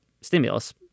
stimulus